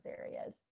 areas